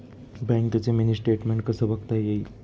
बँकेचं mini statement कसं बघता येईल?